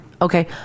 Okay